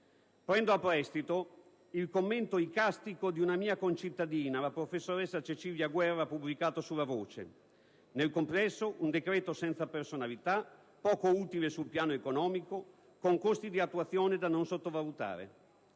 Prendo a prestito il commento icastico di una mia concittadina, la professoressa Maria Cecilia Guerra, pubblicato su «La Voce»: «Nel complesso, un decreto senza personalità, poco utile sul piano economico, con costi di attuazione da non sottovalutare»,